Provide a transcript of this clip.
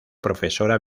profesora